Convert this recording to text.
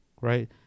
right